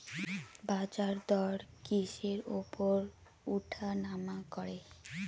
বাজারদর কিসের উপর উঠানামা করে?